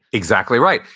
exactly right.